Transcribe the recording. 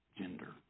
gender